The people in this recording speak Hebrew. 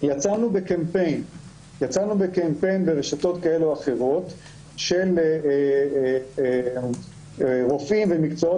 יצאנו בקמפיין ברשתות כאלה או אחרות של רופאים ומקצועות